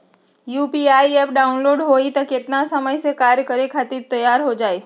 UPI app download होई त कितना समय मे कार्य करे खातीर तैयार हो जाई?